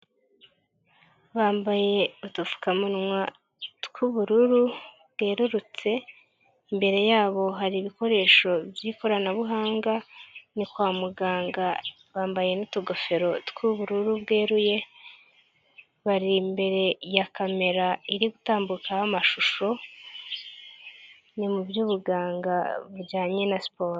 Bambaye udupfukamunwa tw'ubururu bwerurutse, imbere yabo hari ibikoresho by'ikoranabuhanga. Ni kwa muganga bambaye n'utugofero tw'ubururu bweruye, bari imbere ya kamera iri gutambukaamashusho. Ni mu by'ubuganga bujyanye na siporo.